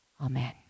Amen